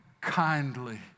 kindly